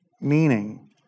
meaning